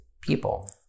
people